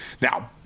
Now